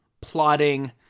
plotting